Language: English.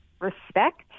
respect